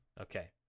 Okay